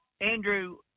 Andrew